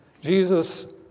Jesus